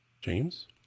James